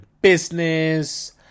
business